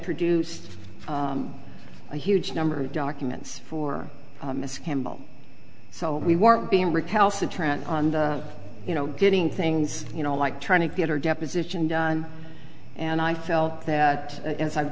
produced a huge number of documents for miss campbell so we weren't being recalcitrant on the you know getting things you know like trying to get her deposition done and i felt that